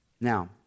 Now